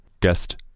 guest